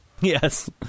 Yes